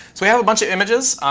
so we have a bunch of images.